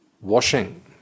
washing